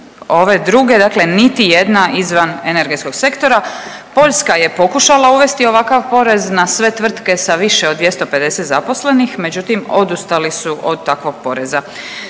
Ove druge, dakle niti jedna izvan energetskog sektora. Poljska je pokušala uvesti ovakav porez na sve tvrtke sa više od 250 zaposlenih, međutim odustali su od takvog poreza.